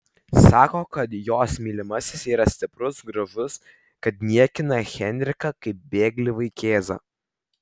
sako kad jos mylimasis yra stiprus gražus kad niekina henriką kaip bėglį vaikėzą